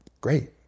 great